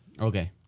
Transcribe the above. Okay